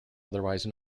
otherwise